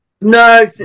No